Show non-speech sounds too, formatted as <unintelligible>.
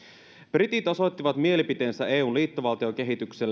britit osoittivat mielipiteensä eun liittovaltiokehityksestä <unintelligible>